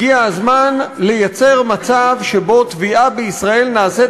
הגיע הזמן לייצר מצב שבו תביעה בישראל נעשית